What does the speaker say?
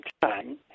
time